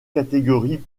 catégorie